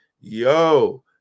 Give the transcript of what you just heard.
yo